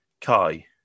Kai